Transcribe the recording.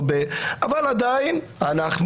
אבל עדיין אנחנו,